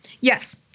Yes